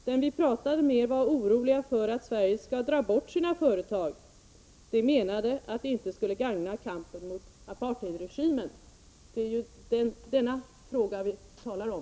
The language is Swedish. Dem vi pratade med var oroliga för att Sverige ska dra bort sina företag. De menade att det inte skulle gagna kampen mot apartheidregimen.” — Det är ju denna fråga vi talar om!